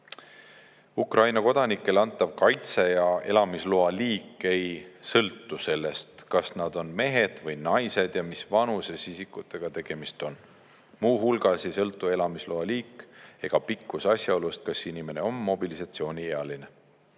Ukraina kodanikele antav kaitse ja elamisloa liik ei sõltu sellest, kas nad on mehed või naised ja mis vanuses isikutega tegemist on. Muu hulgas ei sõltu elamisloa liik ega pikkus asjaolust, kas inimene on mobilisatsiooniealine.